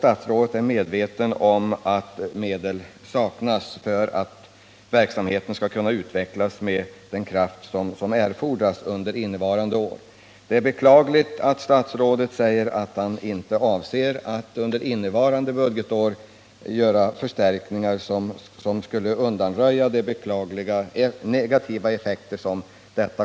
Statsrådet är således medveten om att medel saknas för att verksamheten skall kunna utvecklas under innevarande år med den kraft som erfordras. Det är mot den bakgrunden beklagligt att statsrådet inte avser att under innevarande budgetår föreslå förstärkningar. En sådan åtgärd skulle kunna förhindra att negativa effekter uppstår.